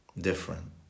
different